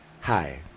Hi